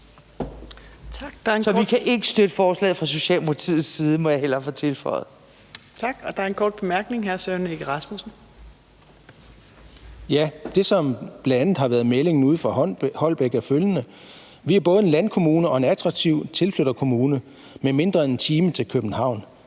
Kl. 17:44 Søren Egge Rasmussen (EL): Det, som bl.a. har været meldingen fra Holbæk, er følgende: »Vi er både en landkommune og en attraktiv tilflytterkommune med mindre end en time til København.